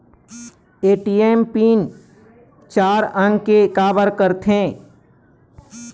ATM pin चार अंक के का बर करथे?